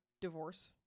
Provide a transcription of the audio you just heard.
divorce